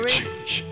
change